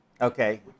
okay